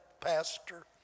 pastor